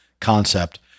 concept